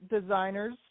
designers